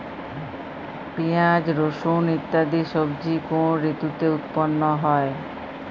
পিঁয়াজ রসুন ইত্যাদি সবজি কোন ঋতুতে উৎপন্ন হয়?